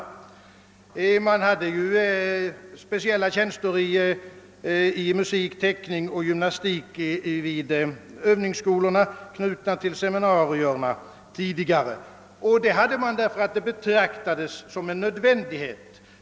Man hade tidigare speciella tjänster i musik, teckning och gymnastik vid Öövningsskolor, knutna till seminarierna, just därför att det betraktades som en nödvändighet.